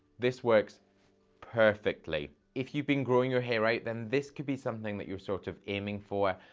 this works perfectly. if you've been growing your hair right, then this could be something that you're sort of aiming for.